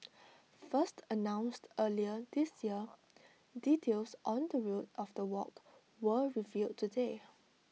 first announced earlier this year details on the route of the walk were revealed today